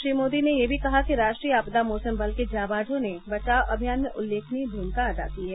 श्री मोदी ने यह भी कहा कि राष्ट्रीय आपदा मोचन बल के जांबाजों ने बचाव अभियान में उल्लेखनीय भूमिका अदा की है